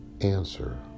answer